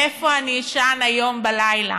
איפה אני אשן היום בלילה?